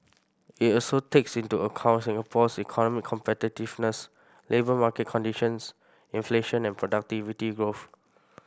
it also takes into account Singapore's economic competitiveness labour market conditions inflation and productivity growth